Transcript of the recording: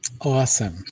awesome